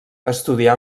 estudià